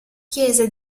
chiese